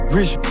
Rich